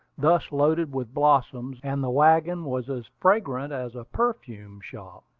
thus loaded with blossoms, and the wagon was as fragrant as a perfume shop.